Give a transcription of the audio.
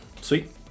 Sweet